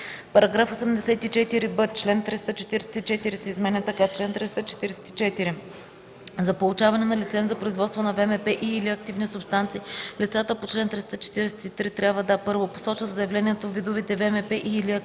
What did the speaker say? ВМП.” § 84б. Член 344 се изменя така: „Чл. 344. За получаване на лиценз за производство на ВМП и/или активни субстанции лицата по чл. 343 трябва да: 1. посочат в заявлението видовете ВМП и/или активни субстанции